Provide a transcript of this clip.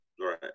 Right